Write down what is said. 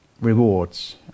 rewards